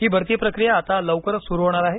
ही भरती प्रक्रिया आता लवकरच सुरू होणार आहे